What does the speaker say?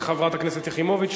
חברת הכנסת יחימוביץ,